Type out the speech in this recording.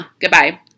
Goodbye